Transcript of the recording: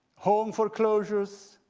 home foreclosures,